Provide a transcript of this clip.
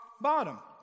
bottom